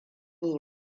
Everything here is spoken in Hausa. yi